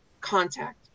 contact